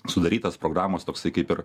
sudarytas programos toksai kaip ir